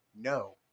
no